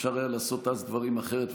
אפשר היה אז לעשות דברים אחרת,